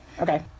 Okay